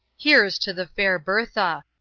here's to the fair bertha.